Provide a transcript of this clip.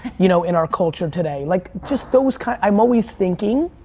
you know, in our culture today. like, just those kind of, i'm always thinking.